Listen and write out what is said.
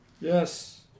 Yes